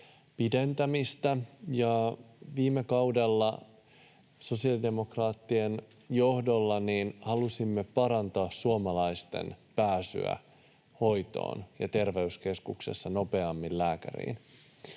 Viime kaudella sosiaalidemokraattien johdolla halusimme parantaa suomalaisten pääsyä hoitoon ja terveyskeskuksessa nopeammin lääkäriin,